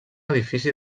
edifici